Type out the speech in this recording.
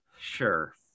Sure